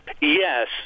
Yes